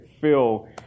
fill